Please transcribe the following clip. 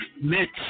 mix